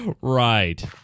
Right